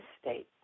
state